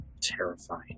Terrifying